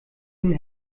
ihnen